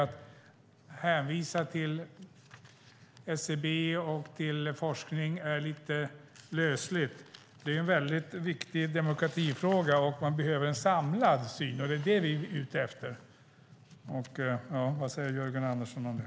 Att hänvisa till SCB och till forskning tycker jag är lite lösligt. Det är en viktig demokratifråga och man behöver en samlad syn, och det är det vi är ute efter. Vad säger Jörgen Andersson om det?